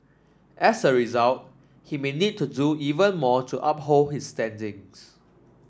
as a result he may need to do even more to uphold his standings